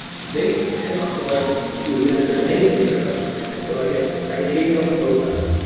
they tend not to like to admit that there's anything good about religion. and so i get i get hate mail from both sides